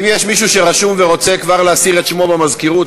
אם יש מישהו שרשום ורוצה כבר להסיר את שמו במזכירות,